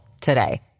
today